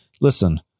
Listen